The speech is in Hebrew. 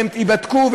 הן ייבדקו.